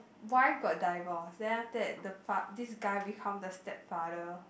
wife got divorce then after that the fa~ this guy become the stepfather